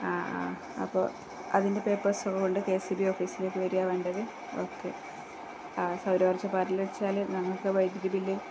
അപ്പോള് അതിൻ്റെ പേപ്പേഴ്സ് കൊണ്ട് കെ എസ് ഇ ബി ഓഫീസിലേക്കു വരികയാണോ വേണ്ടത് ഓക്കെ ആ സൗരോര്ജ പാനല് വച്ചാല് നിങ്ങള്ക്കു വൈദ്യുതി ബില്ല്